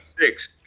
six